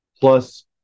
plus